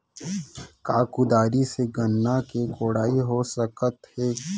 का कुदारी से गन्ना के कोड़ाई हो सकत हे?